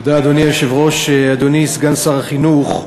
אדוני היושב-ראש, תודה, אדוני סגן שר החינוך,